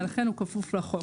ולכן הוא כפוף לחוק.